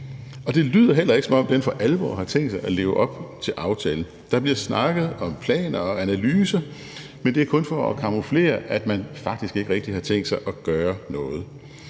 og det lyder heller ikke, som om den for alvor har tænkt sig at leve op til aftalen. Der bliver snakket om planer og analyser, men det er kun for at camouflere, at man faktisk ikke rigtig har tænkt sig at gøre noget.